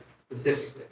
specifically